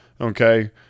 Okay